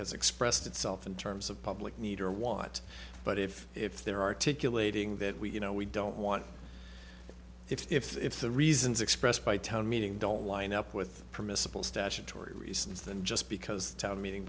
has expressed itself in terms of public need or want but if if there articulating that we you know we don't want if the reasons expressed by town meeting don't line up with permissible statutory reasons than just because the town meeting